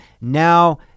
now